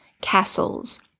castles